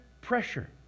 pressure